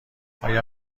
آیا